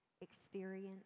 experience